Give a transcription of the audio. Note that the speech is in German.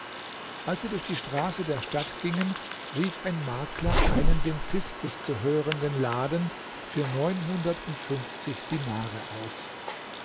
als sie durch die straße der stadt gingen rief ein makler einen dem fiskus gehörenden laden für neunhundertundfünfzig dinare aus